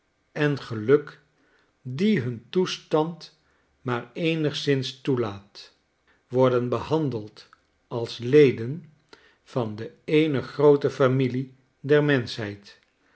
en geluk die hun toestand maar eenigszins toelaat worden behandeld als leden van de eene groote familie der menschheid